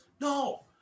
No